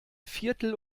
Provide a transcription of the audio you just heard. viertel